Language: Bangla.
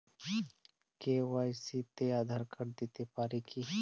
কে.ওয়াই.সি তে আঁধার কার্ড দিতে পারি কি?